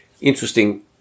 Interesting